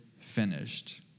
finished